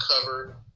cover